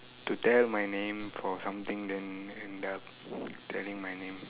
to tell my name for something then end up telling my name